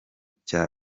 cya